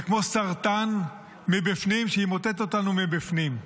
זה כמו סרטן שימוטט אותנו מבפנים.